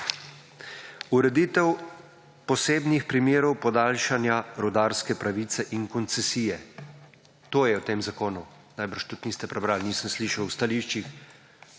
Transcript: Ureditev posebnih primerov podaljšanja rudarske pravice in koncesije. To je v tem zakonu najbrž tudi niste prebrali nisem slišal v stališčih